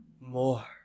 more